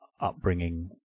upbringing